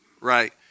right